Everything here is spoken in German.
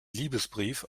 liebesbrief